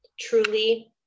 truly